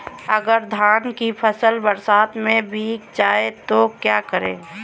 अगर धान की फसल बरसात में भीग जाए तो क्या करें?